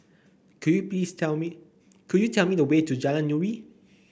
could you piece tell me could you tell me the way to Jalan Nuri